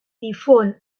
difon